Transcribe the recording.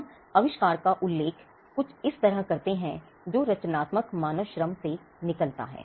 हम आविष्कार का उल्लेख कुछ इस तरह करते हैं जो रचनात्मक मानव श्रम से निकलता है